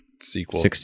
sequel